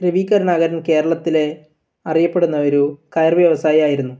രവി കരുണാകരൻ കേരളത്തിലെ ഒരു അറിയപ്പെടുന്ന ഒരു കയർ വ്യവസായി ആയിരുന്നു